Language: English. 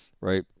right